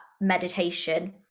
meditation